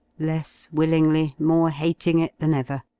less willingly, more hating it than ever.